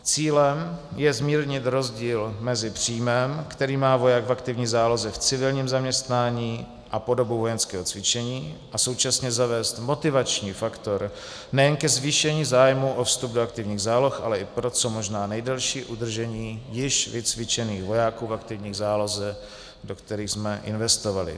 Cílem je zmírnit rozdíl mezi příjmem, který má voják v aktivní záloze v civilním zaměstnání a po dobu vojenského cvičení a současně zavést motivační faktor nejen ke zvýšení zájmu o vstup do aktivních záloh, ale i pro co možná nejdelší udržení již vycvičených vojáků v aktivní záloze, do kterých jsme investovali.